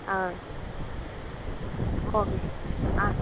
ah okay a